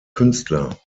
künstler